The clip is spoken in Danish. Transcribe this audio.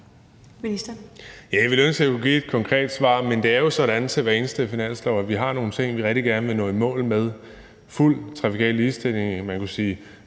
Jeg ville ønske, at jeg kunne give et konkret svar, men det er jo sådan ved hver eneste finanslov, at vi har nogle ting, som vi rigtig gerne vil nå i mål med, som fuld trafikal ligestilling, og man kunne sige